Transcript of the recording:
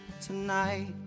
tonight